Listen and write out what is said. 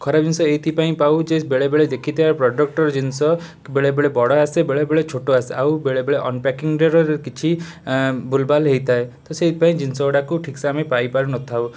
ଖରାପଜିନିଷ ଏଇଥିପାଇଁ ପାଉ ଯେ ବେଳେବେଳେ ଦେଖିଥିବା ପ୍ରଡ଼କ୍ଟର ଜିନିଷ ବେଳେବେଳେ ବଡ଼ ଆସେ ବେଳେବେଳେ ଛୋଟ ଆସେ ଆଉ ବେଳେବେଳେ ଅନପ୍ୟାକିଙ୍ଗ ରେ କିଛି ଏଁ ଭୁଲଭାଲ ହେଇଥାଏ ତ ସେଇଥିପାଇଁ ଜିନିଷଗୁଡ଼ାକୁ ଠିକ୍ ସେ ଆମେ ପାଇପାରି ନ ଥାଉ